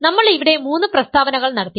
നമ്മൾ ഇവിടെ മൂന്ന് പ്രസ്താവനകൾ നടത്തി